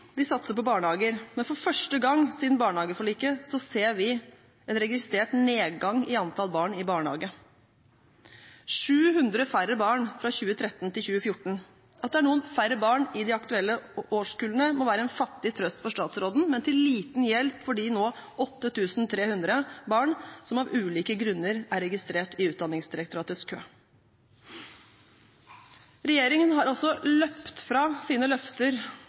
de satser på barnehager, men for første gang siden barnehageforliket ser vi en registrert nedgang i antall barn i barnehage, med 700 færre barn fra 2013 til 2014. At det er noen færre barn i de aktuelle årskullene, må være en fattig trøst for statsråden, men til liten hjelp for de nå 8 300 barna som av ulike grunner er registrert i Utdanningsdirektoratets kø. Regjeringen har altså løpt fra sine løfter